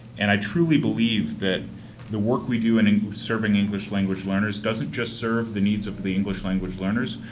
and i truly believe that the work we do and in serving english-language learners doesn't just serve the needs of the english-language learners,